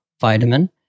vitamin